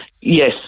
Yes